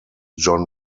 john